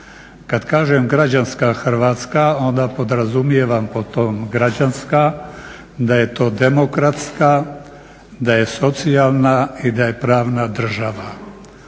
Kad kažem građanska Hrvatska, onda podrazumijevam pod tom građanska da je to demokratska, da je socijalna i da je pravna država.